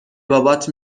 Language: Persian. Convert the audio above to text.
بابات